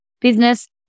business